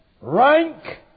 rank